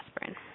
aspirin